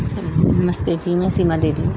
ਹਾਂਜੀ ਨਮਸਤੇ ਜੀ ਮੈਂ ਸੀਮਾ ਦੇਵੀ